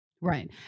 Right